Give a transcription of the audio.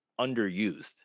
underused